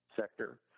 sector